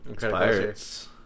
Pirates